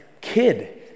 kid